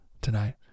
tonight